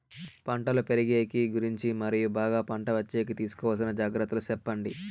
పంటలు పెరిగేకి గురించి మరియు బాగా పంట వచ్చేకి తీసుకోవాల్సిన జాగ్రత్త లు సెప్పండి?